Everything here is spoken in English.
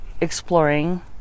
exploring